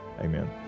Amen